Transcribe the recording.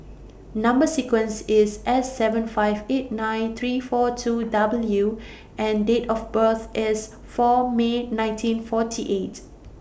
Number sequence IS S seven five eight nine three four two W and Date of birth IS four May nineteen forty eight